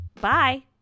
bye